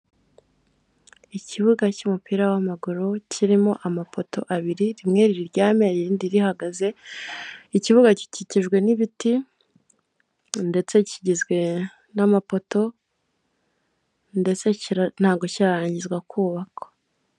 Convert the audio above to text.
IKibuga cy'umupira w'amaguru kirimo amapoto abiri rimwe, rimwe riryamye irindi rihagaze, ikibuga gikikijwe n'ibiti ndetse kigizwe n'amapoto ndetse ntabwo kirarangiza kubakwa.